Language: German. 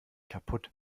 kaputt